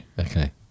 Okay